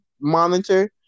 monitor